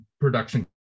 production